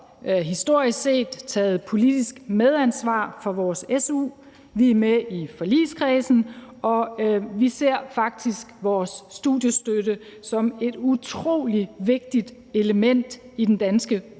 historisk set taget politisk medansvar for vores su. Vi er med i forligskredsen, og vi ser faktisk vores studiestøtte som et utrolig vigtigt element i den danske